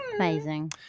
amazing